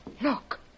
look